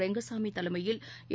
ரெங்கசாமி தலைமையில் என்